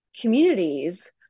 communities